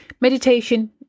Meditation